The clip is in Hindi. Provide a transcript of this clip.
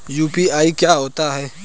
यू.पी.आई क्या होता है?